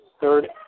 Third